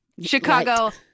Chicago